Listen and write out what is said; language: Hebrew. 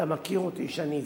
אתה מכיר אותי, שאני זהיר.